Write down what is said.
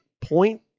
point